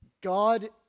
God